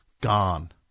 Gone